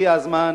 הגיע הזמן